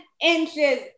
inches